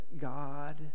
God